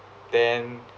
then